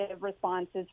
responses